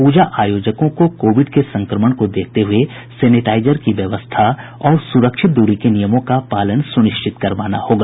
पूजा आयोजकों को कोविड के संक्रमण को देखते हुए सेनिटाइजर की व्यवस्था और सुरक्षित दूरी के नियमों का पालन सुनिश्चित करवाना होगा